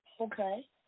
Okay